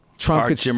Trump